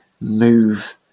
move